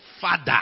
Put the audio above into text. Father